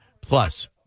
Plus